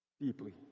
Deeply